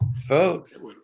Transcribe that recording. folks